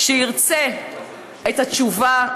-- שירצה את התשובה,